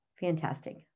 fantastic